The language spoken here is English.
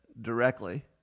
directly